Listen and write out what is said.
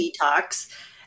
detox